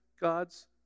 God's